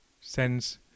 sends